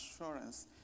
assurance